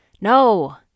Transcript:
No